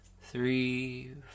Three